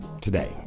today